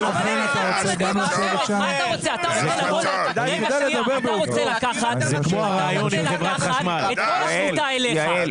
אתה רוצה לקחת את כל הקבוצה אליך.